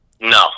No